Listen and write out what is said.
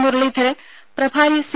മുരളീധരൻ പ്രഭാരി സി